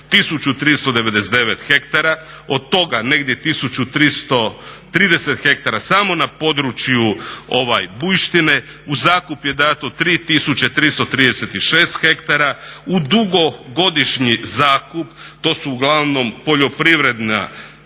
1399 hektara, od toga negdje 1330 hektara samo na području Bujštine, u zakup je dano 3336 hektara, u dugogodišnji zakup to su uglavnom poljoprivredna,